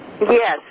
Yes